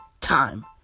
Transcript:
time